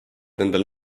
nendele